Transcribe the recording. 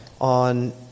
On